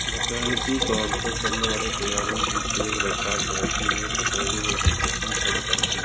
میکانکی طور پر چلنے والے طیاروں کی تیز رفتار ترقی نے پتنگوں میں دلچسپی کم کر دی